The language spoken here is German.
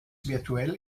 virtuell